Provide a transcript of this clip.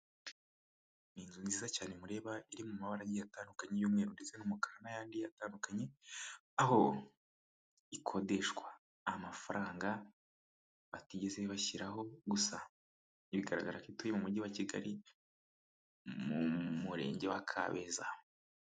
Ni nziza cyane muriba iri mu mabara agiye atandukanye y'umweru ndetse n'umukara n'ayandi atandukanye, aho ikodeshwa amafaranga batigeze bashyiraho gusa bigaragara ko ituye mu mujyi wa Kigali mu murenge wa Kabeza.